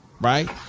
right